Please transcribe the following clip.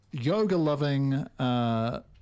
Yoga-loving